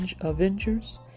Avengers